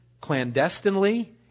clandestinely